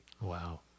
Wow